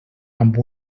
amb